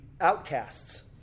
outcasts